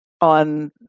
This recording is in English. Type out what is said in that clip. on